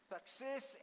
Success